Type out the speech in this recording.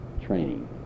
training